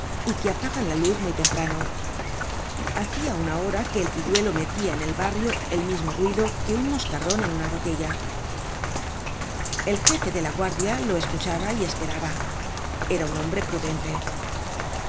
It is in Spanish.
y que apagan la luz muy temprano hacia una hora que el pilluelo metia en el barrio el mismo ruido que un moscardon en una botella el jefe de la guardia lo escuchaba y esperaba era un hombre prudente